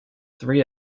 three